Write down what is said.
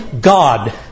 God